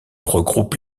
regroupe